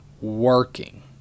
working